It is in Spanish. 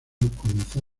comenzó